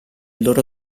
loro